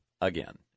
again